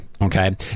Okay